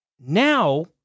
now